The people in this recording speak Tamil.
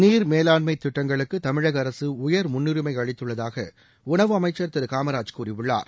நீர் மேலாண்மை திட்டங்களுக்கு தமிழக அரசு உயர் முன்னுரிமை அளித்துள்ளதாக உணவு அமைச்சர் திரு காமராஜ் கூறியுள்ளார்